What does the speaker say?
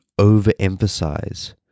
overemphasize